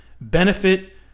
benefit